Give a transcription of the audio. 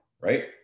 right